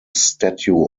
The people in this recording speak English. statue